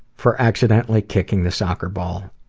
for accidentally kicking the soccer ball.